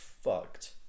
fucked